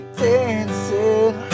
dancing